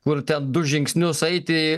kur ten du žingsnius eiti